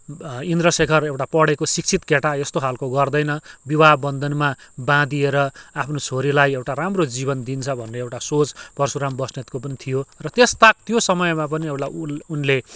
इन्द्रशेखर एउटा पढेको शिक्षित केटा यस्तो खालको गर्दैन विवाह बन्धनमा बाँधिएर आफ्नो छोरीलाई एउटा राम्रो जीवन दिन्छ भन्ने एउटा सोच पर्सुराम बस्नेतको पनि थियो त त्यसताक त्यो समयमा पनि एउटा उ उनले